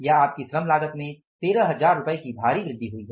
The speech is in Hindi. या आपकी श्रम लागत में 13000 रुपये की भारी वृद्धि हुई है